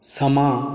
ਸਮਾਂ